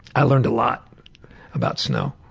i learned a lot about snow.